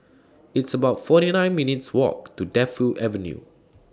It's about forty nine minutes' Walk to Defu Avenue